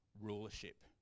rulership